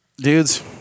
dudes